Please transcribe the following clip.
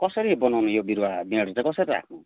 कसरी बनाउनु यो बिरुवा बेियाडहरू चाहिँ कसरी राख्नु